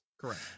correct